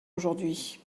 aujourd’hui